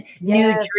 new